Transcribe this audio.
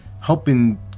helping